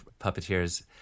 puppeteers